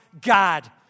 God